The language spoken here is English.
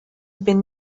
been